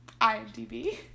IMDB